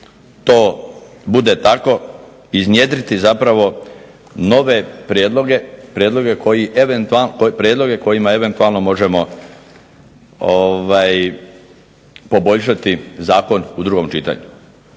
to bude tako iznjedriti zapravo nove prijedloge, prijedloge kojima eventualno možemo poboljšati zakon u drugom čitanju.